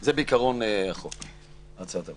זה בעיקרון הצעת החוק.